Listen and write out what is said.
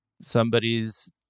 somebody's